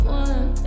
one